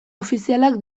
ofizialak